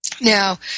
Now